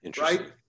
Right